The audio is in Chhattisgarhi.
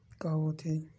का होथे?